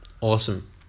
Awesome